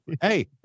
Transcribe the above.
hey